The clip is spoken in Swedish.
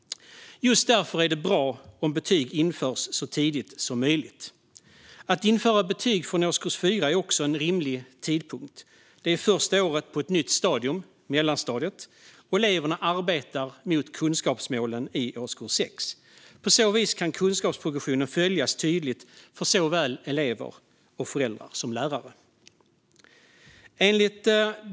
Just därför är det bra om betyg införs så tidigt som möjligt. Årskurs 4 är också en rimlig tidpunkt att införa betyg. Det är första året på ett nytt stadium, mellanstadiet, och eleverna arbetar mot kunskapsmålen i årskurs 6. På så vis kan kunskapsprogressionen följas tydligt av såväl elever och föräldrar som lärare.